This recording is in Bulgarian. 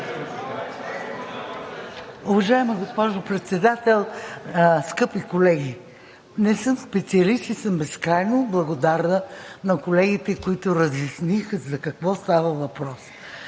Уважаема госпожо Председател, скъпи колеги! Не съм специалист и съм безкрайно благодарна на колегите, които разясниха за какво става въпрос.